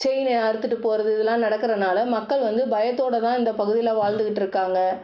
செயினை அறுத்துகிட்டு போகிறது இதெல்லாம் நடக்கிறதுனால மக்கள் வந்து பயத்தோடு தான் இந்த பகுதியில் வாழ்ந்துட்டுருக்காங்க